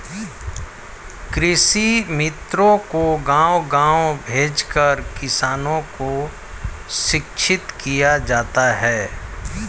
कृषि मित्रों को गाँव गाँव भेजकर किसानों को शिक्षित किया जाता है